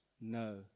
no